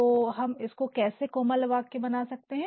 तो हम इसको कैसे कोमल वाक्य बना सकते हैं